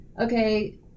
okay